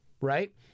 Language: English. right